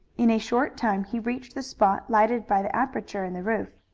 in a short time he reached the spot lighted by the aperture in the roof.